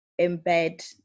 embed